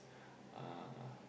uh